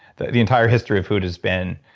the the entire history of food has been